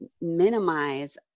minimize